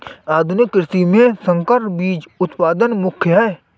आधुनिक कृषि में संकर बीज उत्पादन प्रमुख है